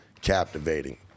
captivating